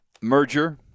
merger